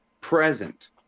present